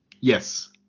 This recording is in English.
Yes